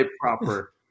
proper